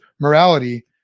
morality